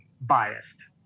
biased